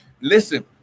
listen